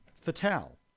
Fatal